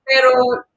Pero